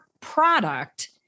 product